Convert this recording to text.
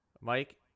Mike